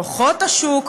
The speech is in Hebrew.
כוחות השוק,